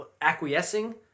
acquiescing